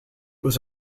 was